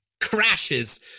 crashes